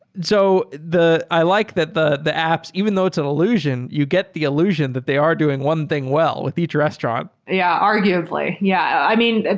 so i like that the the apps, even though it's an illusion, you get the illusion that they are doing one thing well with each restaurant yeah, arguably. yeah i mean,